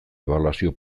ebaluazio